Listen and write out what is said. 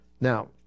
Now